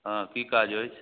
हँ कि काज अछि